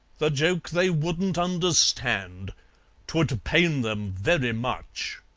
the joke they wouldn't understand t would pain them very much!